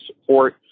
support